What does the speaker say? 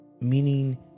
meaning